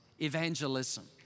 evangelism